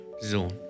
zone